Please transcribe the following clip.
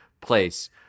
place